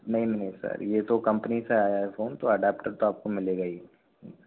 नहीं नहीं सर ये तो कंपनी से आया है फ़ोन तो एडेप्टर तो आपको मिलेगा ही